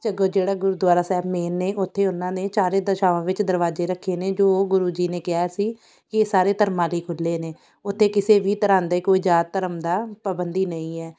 ਜਦੋਂ ਜਿਹੜਾ ਗੁਰਦੁਆਰਾ ਸਾਹਿਬ ਮੇਨ ਨੇ ਉੱਥੇ ਉਹਨਾਂ ਨੇ ਚਾਰੇ ਦਿਸ਼ਾਵਾਂ ਵਿੱਚ ਦਰਵਾਜ਼ੇ ਰੱਖੇ ਨੇ ਜੋ ਗੁਰੂ ਜੀ ਨੇ ਕਿਹਾ ਸੀ ਕਿ ਇਹ ਸਾਰੇ ਧਰਮਾਂ ਲਈ ਖੁੱਲੇ ਨੇ ਉੱਥੇ ਕਿਸੇ ਵੀ ਤਰ੍ਹਾਂ ਦੇ ਕੋਈ ਜਾਤ ਧਰਮ ਦਾ ਪਾਬੰਦੀ ਨਹੀਂ ਹੈ